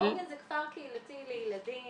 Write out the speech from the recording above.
העוגן זה כפר קהילתי לילדים,